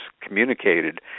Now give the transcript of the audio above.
communicated